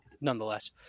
nonetheless